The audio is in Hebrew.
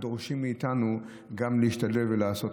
דורשים מאיתנו גם להשתדל ולעשות.